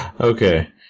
Okay